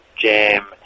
jam